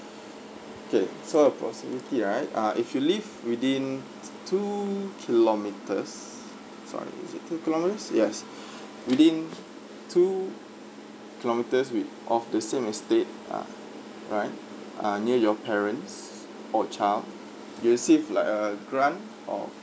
okay so a proximity right ah if you live within t~ two kilometres sorry is it two kilometres yes within two kilometres with~ of the same estate ah alright ah near your parents or child you receive like a grant of